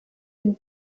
den